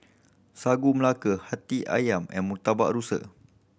Sagu Melaka Hati Ayam and Murtabak Rusa